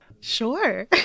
Sure